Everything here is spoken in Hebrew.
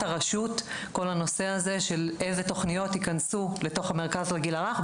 הרשויות איזה תוכניות ייכנסו לתוך המרכז לגיל הרך,